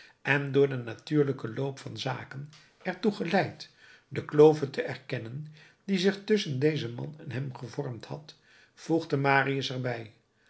en door den natuurlijken loop van zaken er toe geleid de klove te erkennen die zich tusschen dezen man en hem gevormd had voegde marius er